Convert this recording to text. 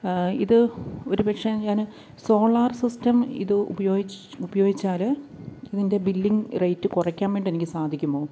ഇത് ഒരുപക്ഷെ ഞാന് സോളാർ സിസ്റ്റം ഇത് ഉപയോ ഉപയോഗിച്ചാല് ഇതിൻ്റെ ബില്ലിംഗ് റേറ്റ് കുറയ്ക്കാൻവേണ്ടി എനിക്ക് സാധിക്കുമോ